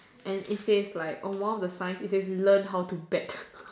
and it says like on one of the signs it says learn how to bet